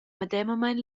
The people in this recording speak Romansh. medemamein